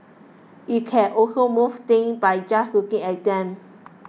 it can also move things by just looking at them